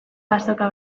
azoka